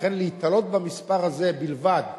לכן, להיתלות במספר הזה בלבד ולהגיד: